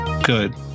Good